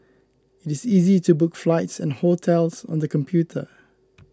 it is easy to book flights and hotels on the computer